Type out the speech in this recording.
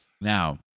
Now